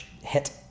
hit